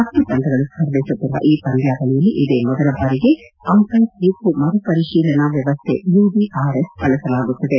ಪತ್ತು ತಂಡಗಳು ಸ್ಪರ್ಧಿಸುತ್ತಿರುವ ಈ ಪಂದ್ಯಾವಳಿಯಲ್ಲಿ ಇದೇ ಮೊದಲ ಬಾರಿಗೆ ಅಂವೈರ್ ತೀರ್ಮ ಮರುಪರಿಶೀಲನಾ ವ್ಯವಸ್ಥೆ ಯುಡಿಆರ್ಎಸ್ ಬಳಸಲಾಗುತ್ತಿದೆ